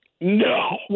No